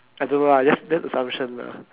I don't know lah that that's assumption lah